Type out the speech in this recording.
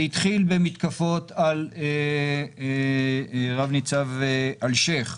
זה התחיל במתקפות על רב ניצב אלשיך,